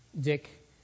Dick